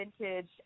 vintage